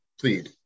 please